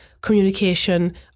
communication